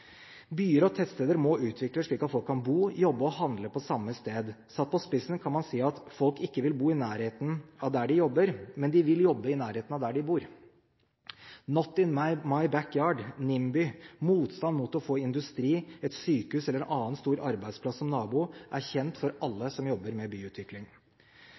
Byer og tettsteder må utvikles slik at folk kan bo, jobbe og handle på samme sted. Satt på spissen kan man si at folk ikke vil bo i nærheten av der de jobber, men de vil jobbe i nærheten av der de bor. «Not in my backyard», NIMBY, motstand mot å få industri, et sykehus eller en annen stor arbeidsplass som nabo, er kjent for alle som jobber med byutvikling.